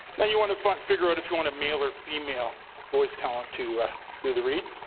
then you want to figure out if you want a male or female voice talent to do the read.